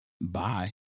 Bye